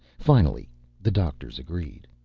finally the doctors agreed.